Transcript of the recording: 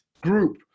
group